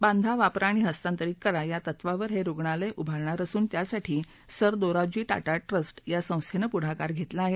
बांधा वापरा आणि हस्तांतरित करा या तत्त्वावर हे रुग्णालय उभारणार असून त्यासाठी सर दोराबजी टाटा ट्रस्ट या संस्थेनं पुढाकार घेतला आहे